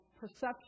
perception